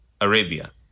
Arabia